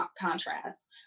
contrast